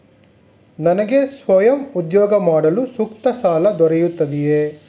ನನಗೆ ಸ್ವಯಂ ಉದ್ಯೋಗ ಮಾಡಲು ಸೂಕ್ತ ಸಾಲ ದೊರೆಯುತ್ತದೆಯೇ?